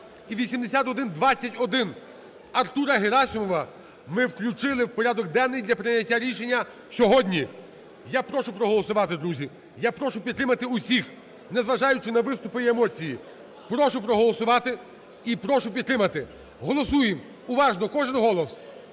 і 8121 Артура Герасимова ми включили в порядок денний для прийняття рішення сьогодні. Я прошу проголосувати, друзі, я прошу підтримати усіх, незважаючи на виступи і емоції. Прошу проголосувати і прошу підтримати. Голосуємо уважно, кожен голос.